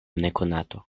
nekonato